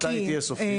מתי היא תהיה סופית?